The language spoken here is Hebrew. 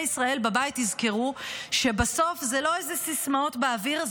ישראל בבית יזכרו שבסוף זה לא איזה סיסמאות באוויר,